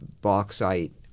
bauxite